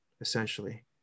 essentially